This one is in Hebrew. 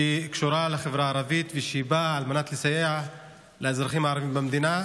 שקשורה לחברה הערבית ובאה כדי לסייע לאזרחים הערבים במדינה,